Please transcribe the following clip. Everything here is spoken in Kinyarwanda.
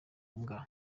mbwa